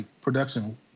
production